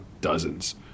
dozens